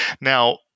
Now